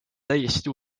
täiesti